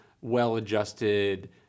well-adjusted